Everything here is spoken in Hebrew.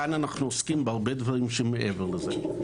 כאן אנחנו עוסקים בהרבה דברים מעבר לזה.